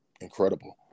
incredible